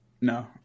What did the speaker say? No